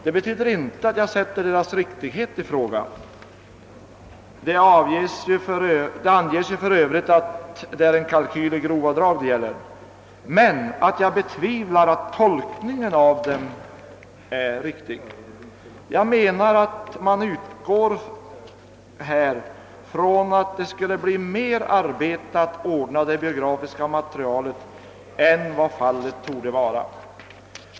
Det betyder inte att jag sätter deras riktighet i fråga; för övrigt anges ju att det är fråga om en kalkyl i grova drag. Men jag betvivlar att tolkningen av siffrorna är riktig. Jag menar att man utgår från att det skulle bli mer arbete att ordna det biografiska materialet än det egentligen blir.